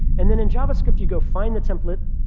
and then in javascript, you go find the template,